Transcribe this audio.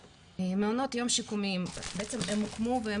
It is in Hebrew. מעונות יום שיקומיים בעצם הם הוקמו והם